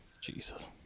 jesus